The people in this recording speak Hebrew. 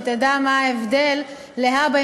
שתדע מה ההבדל: להבא,